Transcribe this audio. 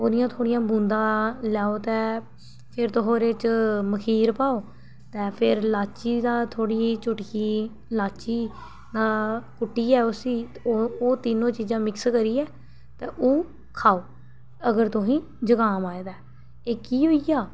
ओह्दियां थोह्ड़ियां बूंदा लैओ ते फिर तोह ओह्दे च मखीर पाओ ते फिर लाची दी थोह्ड़ी जेही चुटकी लाची कुट्टियै उसी ओह् ओह् तिन्नो चीज़ां मिक्स करियै ते ओह् खाओ अगर तोहें गी जकाम आए दा ऐ इक एह् होई गेआ